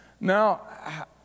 Now